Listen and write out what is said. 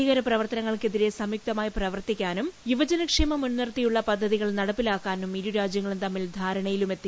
ഭീകരപ്രവർത്തനങ്ങൾക്കെതിരെ സംയുക്തമായി പ്രവർത്തിക്കാനും യുവജനക്ഷേമം മുൻനിർത്തിയുള്ള പദ്ധതികൾ നടപ്പിലാക്കാനും ഇരു രാജ്യങ്ങളും തമ്മിൽ ധാരണയിലുമെത്തി